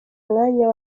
mwanya